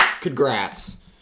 congrats